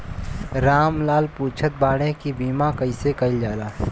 राम लाल पुछत बाड़े की बीमा कैसे कईल जाला?